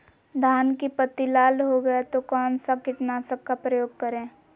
धान की पत्ती लाल हो गए तो कौन सा कीटनाशक का प्रयोग करें?